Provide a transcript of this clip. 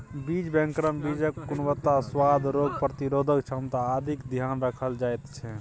बीज बैंकमे बीजक गुणवत्ता, सुआद, रोग प्रतिरोधक क्षमता आदिक ध्यान राखल जाइत छै